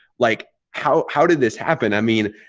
like, how how did this happen? i mean,